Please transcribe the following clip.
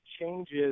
changes